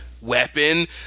weapon